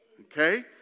Okay